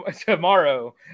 tomorrow